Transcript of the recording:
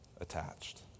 attached